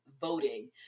voting